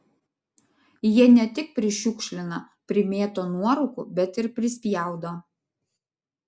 jie ne tik prišiukšlina primėto nuorūkų bet ir prispjaudo